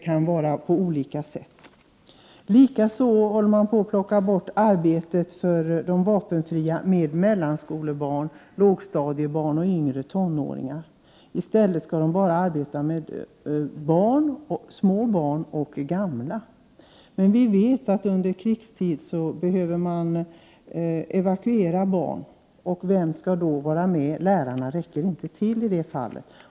Man håller på att plocka bort de vapenfrias arbete med lågstadiebarn, mellanstadiebarn och yngre tonåringar. I stället skall de bara arbeta med små barn och gamla. Vi vet dock att man behöver evakuera barn under krigstid. Vem skall då vara med barnen? Lärarna räcker inte till i det fallet.